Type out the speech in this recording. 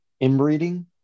inbreeding